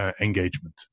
engagement